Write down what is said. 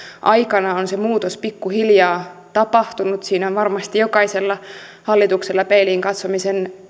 aikana on se muutos pikkuhiljaa tapahtunut ja siinä on varmasti jokaisella hallituksella peiliin katsomisen